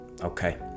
Okay